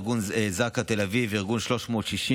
מתנדבי ארגון זק"א תל אביב וארגון 360 קיבלו